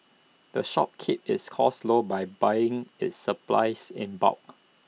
the shop keeps its costs low by buying its supplies in bulk